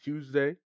Tuesday